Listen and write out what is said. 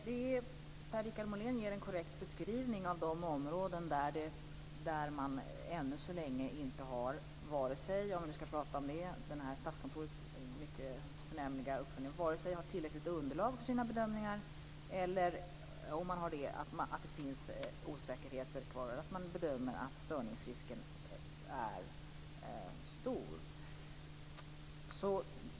Herr talman! Per-Richard Molén ger en korrekt beskrivning av de områden där man ännu så länge inte har tillräckligt underlag för sina bedömningar eller där man bedömer att det finns osäkerheter kvar och att störningsrisken är stor.